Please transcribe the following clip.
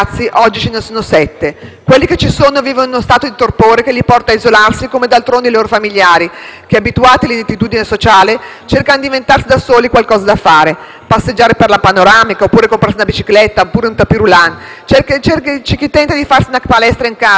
Quelli che ci sono vivono in uno stato di torpore, che li porta a isolarsi, come d'altronde i loro familiari, che, abituati all'inettitudine sociale, cercano d'inventarsi da soli qualcosa da fare. Passeggiare per la panoramica, comprarsi una bicicletta oppure un *tapis roulant*; c'è chi tenta di farsi una palestra in casa, ma difficilmente riuscirà ad